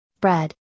bread